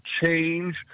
change